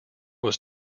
was